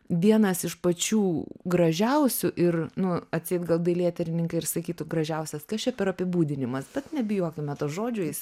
vienas iš pačių gražiausių ir nu atseit gal dailėtyrininkai ir sakytų gražiausias kas čia per apibūdinimas tad nebijokime to žodžio jis